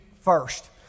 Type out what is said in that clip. first